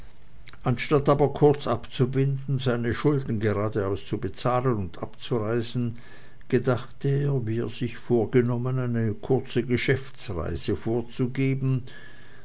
anstatt aber kurz abzubinden seine schulden gradaus zu bezahlen und abzureisen gedachte er wie er sich vorgenommen eine kurze geschäftsreise vorzugehen